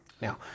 Now